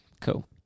Cool